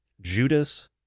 Judas